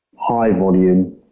high-volume